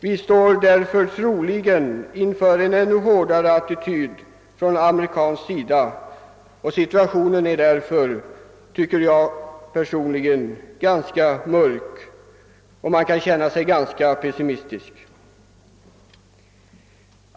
Vi står därför troligen inför en ännu hårdare attityd från amerikansk sida, och situationen är därför, tycker jag personligen, ganska mörk och man har anledning att känna sig ganska pessimistisk.